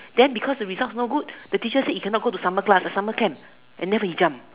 then because the result no good the teacher said he cannot go summer class summer camp and then he jump